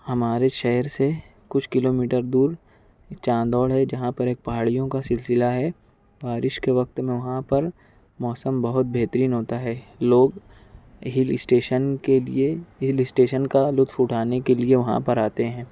ہمارے شہر سے کچھ کلو میٹر دور چاندوڑ ہے جہاں پر ایک پہاڑیوں کا سلسلہ ہے بارش کے وقت میں وہاں پر موسم بہت بہترین ہوتا ہے لوگ ہل اسٹیشن کے لئے ہل اسٹیشن کا لطف اٹھانے کے لئے وہاں پر آتے ہیں